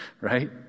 right